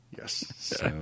Yes